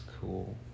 cool